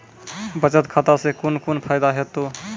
बचत खाता सऽ कून कून फायदा हेतु?